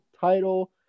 title